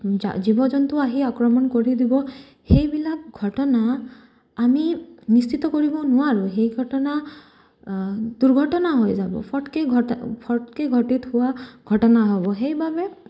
জীৱ জন্তু আহি আক্ৰমণ কৰি দিব সেইবিলাক ঘটনা আমি নিশ্চিত কৰিব নোৱাৰোঁ সেই ঘটনা দুৰ্ঘটনা হৈ যাব ফটকে ঘনা ফটকে ঘটিত হোৱা ঘটনা হ'ব সেইবাবে